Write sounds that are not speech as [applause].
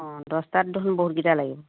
অঁ দহটাত [unintelligible] বহুতকেইটা লাগিব